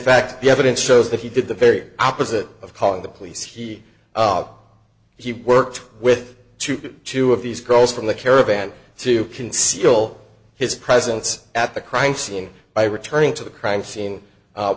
fact the evidence shows that he did the very opposite of calling the police he he worked with to get two of these girls from the caravan to conceal his presence at the crime scene by returning to the crime scene